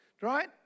right